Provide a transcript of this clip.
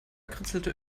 kritzelte